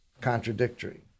contradictory